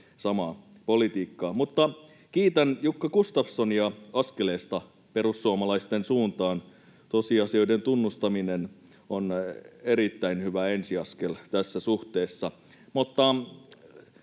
samaa politiikkaa. Kiitän Jukka Gustafssonia askeleesta perussuomalaisten suuntaan. Tosiasioiden tunnustaminen on erittäin hyvä ensiaskel tässä suhteessa.